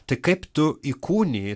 tai kaip tu įkūniji